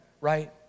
Right